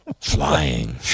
Flying